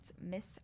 Miss